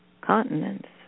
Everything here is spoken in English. continents